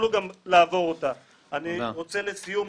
השעה הזו היא שעה לתקן את העוול של 4,000 מתמחים